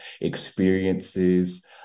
experiences